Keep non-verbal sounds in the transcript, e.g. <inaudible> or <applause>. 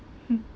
<noise>